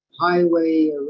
highway